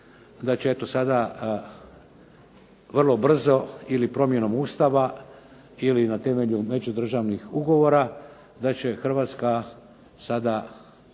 da će eto sada vrlo brzo ili promjenom Ustava ili na temelju međudržavnih ugovora, da će Hrvatska sada